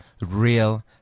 real